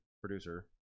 producer